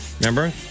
remember